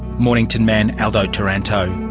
mornington man aldo taranto